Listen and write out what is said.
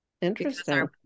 interesting